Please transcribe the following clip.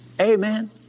Amen